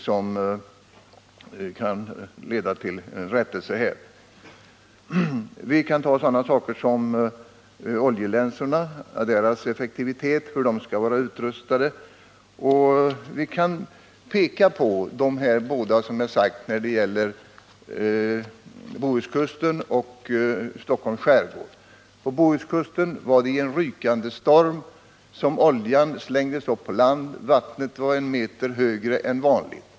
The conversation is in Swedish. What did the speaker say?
Det gäller t.ex. frågor som oljelänsornas effektivitet och utformning. Låt migt.ex. peka på de båda aktuella olyckorna vid Bohuskusten och vid Stockholms skärgård! På Bohuskusten slängdes oljan upp på land i en rykande storm, då vattnet stod en meter högre än vanligt.